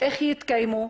איך התקיימו?